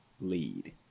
lead